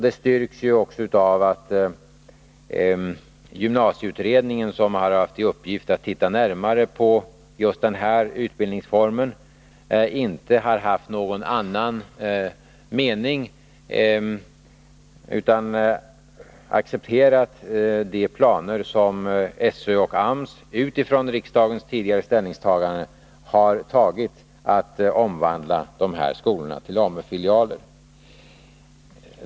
Det styrks också av att gymnasieutredningen, som har haft till uppgift att titta närmare på just den här utbildningsformen, inte haft någon annan mening utan accepterat de planer som SÖ och AMS utifrån riksdagens tidigare ställningstagande har fattat beslut om för att omvandla dessa skolor till AMU-filialer.